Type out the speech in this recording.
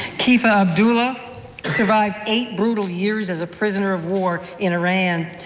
kifah abdullah survived eight brutal years as a prisoner of war in iran,